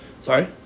Sorry